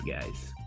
guys